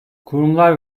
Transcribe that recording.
kurumlar